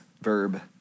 verb